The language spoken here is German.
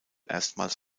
erstmals